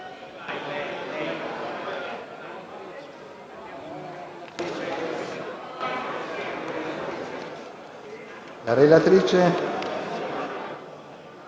la relatrice